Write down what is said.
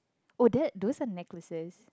oh that those are necklaces